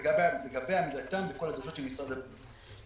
לגבי עמידתם בכל הדרישות של משרד הבריאות.